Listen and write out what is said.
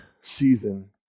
season